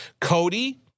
Cody